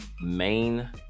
main